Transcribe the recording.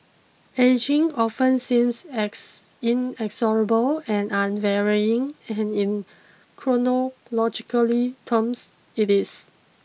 ageing often seems ex inexorable and unvarying and in chronologically terms it is